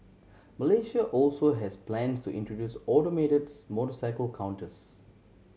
Malaysia also has plans to introduce automates motorcycle counters